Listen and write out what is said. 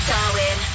Darwin